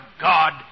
God